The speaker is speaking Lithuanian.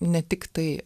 ne tiktai